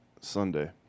Sunday